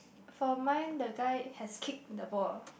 for mine the guy has kick the ball